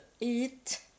eat